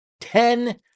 Ten